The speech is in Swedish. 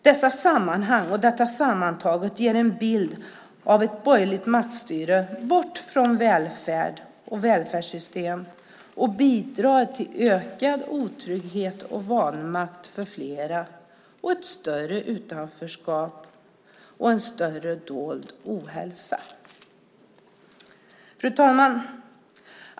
Dessa sammanhang och detta sammantaget ger en bild av ett borgerligt maktstyre som styr bort från välfärd och välfärdssystem och bidrar till ökad otrygghet och vanmakt för fler och ett större utanförskap och en större dold ohälsa. Fru talman!